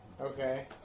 Okay